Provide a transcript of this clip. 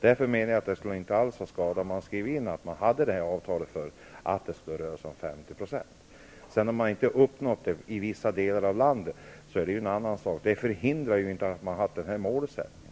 Därför skulle det, menar jag, inte alls ha skadat om man hade skrivit in att det skall röra sig om 50 %. Om man i vissa delar av landet sedan inte uppnår den målsättningen är det en annan sak. Det hindrar inte att man hade kunnat ha den målsättningen.